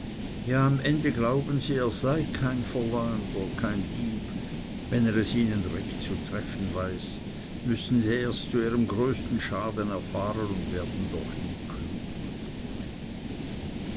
ja am ende glauben sie er sei kein verleumder kein dieb wenn er es ihnen recht zu treffen weiß müssen es erst zu ihrem größten schaden erfahren und werden doch nie klug